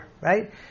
right